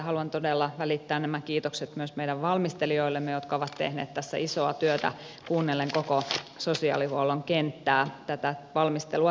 haluan todella välittää nämä kiitokset myös meidän valmistelijoillemme jotka ovat tehneet isoa työtä kuunnellen koko sosiaalihuollon kenttää tätä valmistelua tehdessään